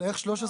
אבל איך 13,